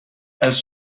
els